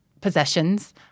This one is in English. possessions